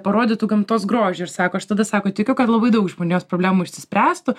parodytų gamtos grožį ir sako aš tada sako tikiu kad labai daug žmonijos problemų išsispręstų